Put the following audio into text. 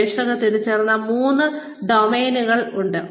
ഗവേഷകർ തിരിച്ചറിഞ്ഞ മൂന്ന് പ്രധാന ഡൊമെയ്നുകൾ ഉണ്ട്